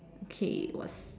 okay was